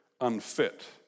unfit